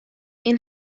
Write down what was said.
این